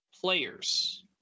players